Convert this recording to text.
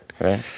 right